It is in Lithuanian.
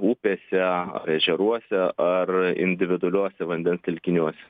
upėse ežeruose ar individualiuose vandens telkiniuose